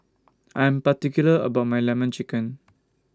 I Am particular about My Lemon Chicken